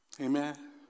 Amen